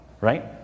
Right